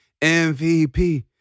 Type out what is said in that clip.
MVP